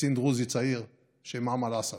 קצין דרוזי צעיר בשם אמל אסעד.